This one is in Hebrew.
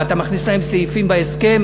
ואתה מכניס להם סעיפים בהסכם